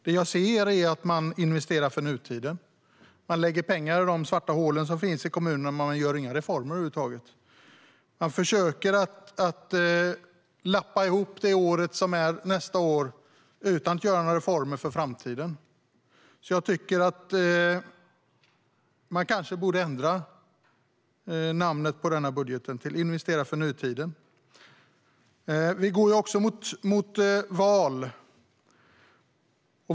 Det jag ser är att den investerar för nutiden. Den lägger pengar i de svarta hål som finns i kommunerna, men den gör inga reformer över huvud taget. Den försöker att lappa ihop det år som är nästa år utan att göra några reformer för framtiden. Regeringen kanske borde ändra namnet på budgeten till Investera för nutiden . Vi går också mot val.